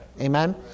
Amen